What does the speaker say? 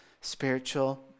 spiritual